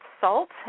Salt